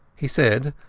he said,